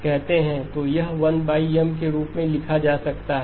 तो यह 1 M के रूप में लिखा जा सकता है